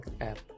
app